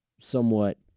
somewhat